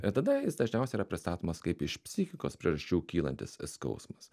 ir tada jis dažniausiai yra pristatomas kaip iš psichikos priežasčių kylantis skausmas